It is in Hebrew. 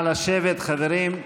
חברים.